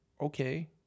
okay